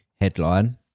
headline